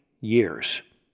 years